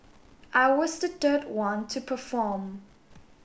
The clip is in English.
I was the third one to perform